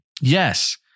Yes